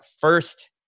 first